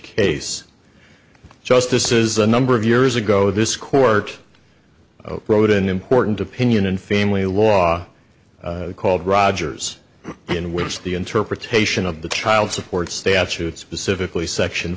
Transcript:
case justices a number of years ago this court wrote an important opinion in family law called rogers in which the interpretation of the child support statute specifically section